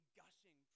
gushing